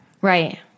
Right